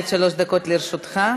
עד שלוש דקות לרשותך.